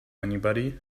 anybody